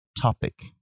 Topic